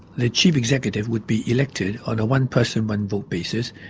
the chief executive would be elected on a one-person, one-vote basis,